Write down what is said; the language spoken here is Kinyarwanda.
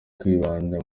kwibanda